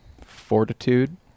Fortitude